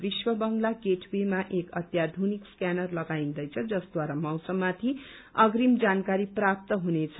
विश्व बंगला गेटवेमा एक अत्याधुनिक स्क्यानर लगाइन्दैछ जसद्वारा मौसममाथि अग्रिम जानकारी प्राप्त हुनेछ